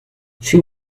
she